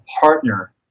partner